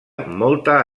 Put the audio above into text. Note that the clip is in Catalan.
molta